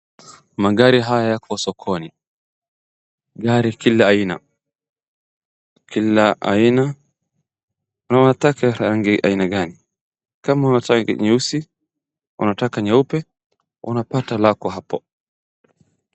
Magari haya yako sokoni, ni gari kila aina, kila aina na unataka gari rangi aina gani, kama unataka nyeusi, unataka nyeupe, unapata lako hapo.